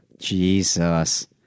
Jesus